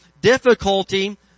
difficulty